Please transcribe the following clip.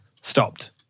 stopped